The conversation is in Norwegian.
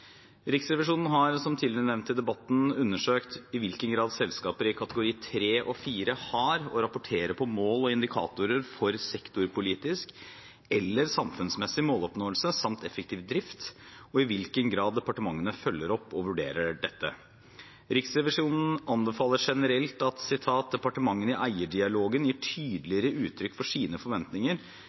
Riksrevisjonen har, som tidligere nevnt i debatten, undersøkt i hvilken grad selskaper i kategori 3 og 4 har, og rapporterer på, mål og indikatorer for sektorpolitisk eller samfunnsmessig måloppnåelse samt effektiv drift, og i hvilken grad departementene følger opp og vurderer dette. Riksrevisjonen anbefaler generelt at «departementene i eierdialogen gir tydeligere uttrykk for sine forventninger